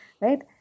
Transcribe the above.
right